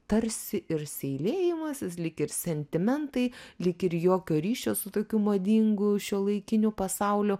tarsi ir seilėjimasis lyg ir sentimentai lyg ir jokio ryšio su tokiu madingu šiuolaikiniu pasauliu